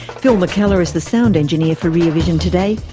phil mckellar is the sound engineer for rear vision today.